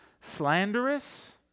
Slanderous